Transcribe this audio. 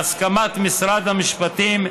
בהסכמת משרד המשפטים,